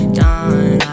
done